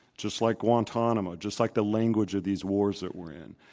just like guantanamo, just like the language of these wars that we're in.